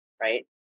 right